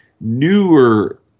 newer